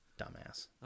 dumbass